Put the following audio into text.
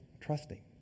trusting